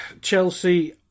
Chelsea